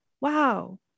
wow